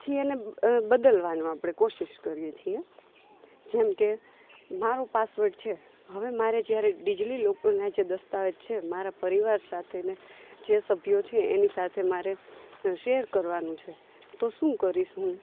પછી એને બદલવાનો એને કોશિશ કરીએ છે જેમકે મારો પાસવર્ડ છે હવે મારે જ્યારે ડીજલી લોકરના જે દસ્તાવેજ છે મારા પરિવાર સાથે ને જે સભ્યો છે એની સાથે મારે શેર કરવાનું છે તો શું કરીશ હું